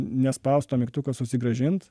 nespaust to mygtuko susigrąžint